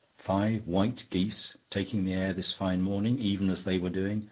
five white geese, taking the air this fine morning, even as they were doing,